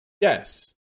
Yes